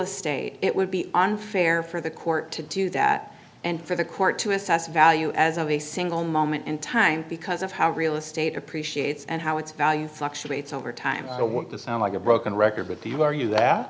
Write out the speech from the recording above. estate it would be unfair for the court to do that and for the court to assess value as of a single moment in time because of how real estate appreciates and how its value fluctuates over time i don't want to sound like a broken record but do you are you that